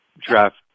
Draft